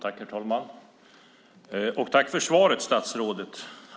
Herr talman! Tack för svaret, statsrådet!